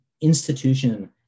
institution